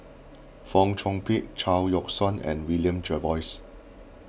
Fong Chong Pik Chao Yoke San and William Jervois